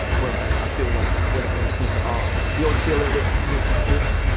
whereas i feel like when it when it comes to art the odds feel a little bit more important,